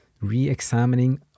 re-examining